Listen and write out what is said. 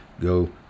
Go